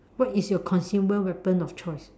what is your consumable weapon of choice